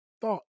thought